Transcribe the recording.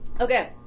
Okay